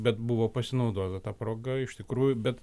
bet buvo pasinaudota ta proga iš tikrųjų bet